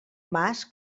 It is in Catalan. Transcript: mas